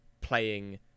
playing